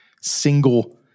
single